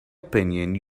opinion